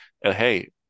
hey